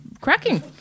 cracking